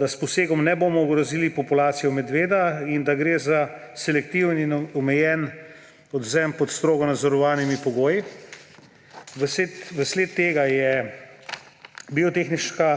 da s posegom ne bomo ogrozili populacije medveda in da gre za selektiven in omejen odvzem pod strogo nadzorovanimi pogoji. Vsled tega je Biotehnična